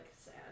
sad